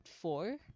four